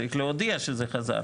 צריך להודיע שזה חזר,